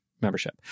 membership